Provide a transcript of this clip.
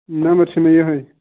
number چھُ مےٚ یِہےَ